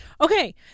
Okay